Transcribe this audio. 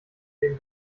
den